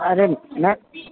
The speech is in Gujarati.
અરે મેમ